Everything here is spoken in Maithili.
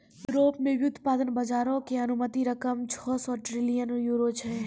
यूरोप मे व्युत्पादन बजारो के अनुमानित रकम छौ सौ ट्रिलियन यूरो छै